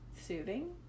soothing